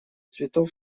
цветов